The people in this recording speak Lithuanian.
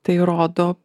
tai rodo